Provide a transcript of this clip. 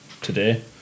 today